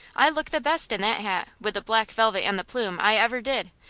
i look the best in that hat, with the black velvet and the plume, i ever did,